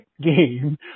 game